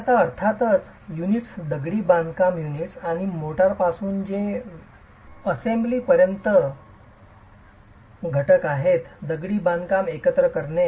मी आता अर्थातच युनिट्स दगडी बांधकाम युनिट्स आणि मोर्टारपासून जे असेंम्बली पर्यंत घटक आहेत दगडी बांधकाम एकत्र करणे